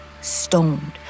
stoned